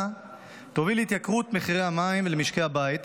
תוביל להתייקרות מחירי המים למשקי הבית,